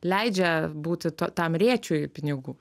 leidžia būti tam rėčiui pinigų